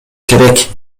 керек